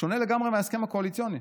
שונה לגמרי מההסכם הקואליציוני.